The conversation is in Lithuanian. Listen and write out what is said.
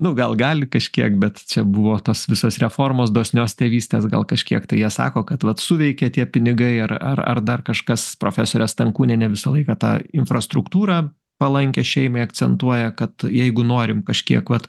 nu gal gali kažkiek bet čia buvo tos visos reformos dosnios tėvystės gal kažkiek tai jas sako kad vat suveikė tie pinigai ar ar ar dar kažkas profesorė stankūnienė visą laiką tą infrastruktūrą palankią šeimai akcentuoja kad jeigu norim kažkiek vat